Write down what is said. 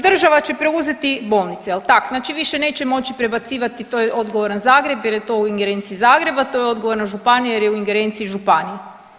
Država će preuzeti bolnice jel tak, znači više neće moći prebacivati to je odgovoran Zagreb jer je to u ingerenciji Zagreba, to je odgovorna županija jer je u ingerenciji županije.